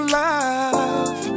love